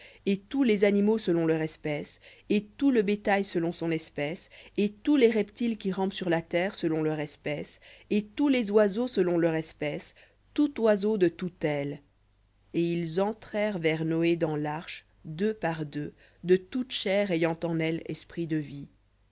et tous les animaux selon leur espèce et tout le bétail selon son espèce et tous les reptiles qui rampent sur la terre selon leur espèce et tous les oiseaux selon leur espèce tout oiseau de toute aile et ils entrèrent vers noé dans l'arche deux par deux de toute chair ayant en elle esprit de vie